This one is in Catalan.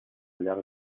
llarg